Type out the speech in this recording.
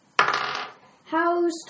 How's